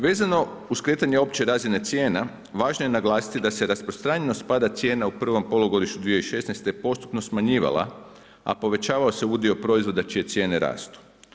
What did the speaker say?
Vezano uz kretanje opće razina cijena, važno je naglasiti da se rasprostranjenost pada cijena u prvom polugodištu 2016. postupno smanjivala, a povećavala se udio proizvoda čije cijene rastu.